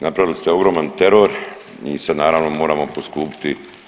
Napravili ste ogroman teror i sad naravno moramo poskupiti.